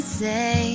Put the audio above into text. say